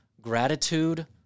gratitude